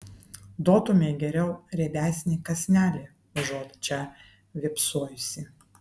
duotumei geriau riebesnį kąsnelį užuot čia vėpsojusi